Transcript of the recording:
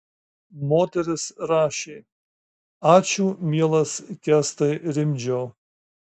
moteris rašė ačiū mielas kęstai rimdžiau